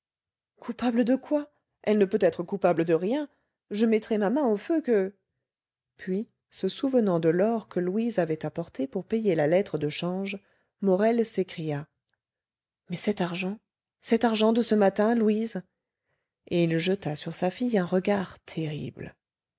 coupable coupable de quoi elle ne peut être coupable de rien je mettrai ma main au feu que puis se souvenant de l'or que louise avait apporté pour payer la lettre de change morel s'écria mais cet argent cet argent de ce matin louise et il jeta sur sa fille un regard terrible